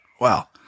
Wow